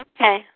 Okay